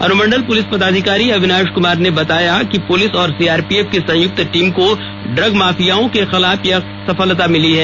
अनुमंडल पुलिस पदाधिकारी अविनाश कुमार ने बताया कि पुलिस और सीआरपीएफ की संयुक्त टीम को ड्रग माफियाओं के खिलाफ यह सफलता मिली है